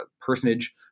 personage